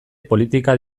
politika